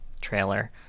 trailer